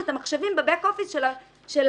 את המחשבים ב-בק אופיס של החברות.